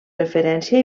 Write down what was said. referència